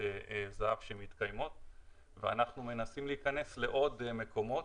זה"ב ואנחנו מנסים להיכנס לעוד מקומות.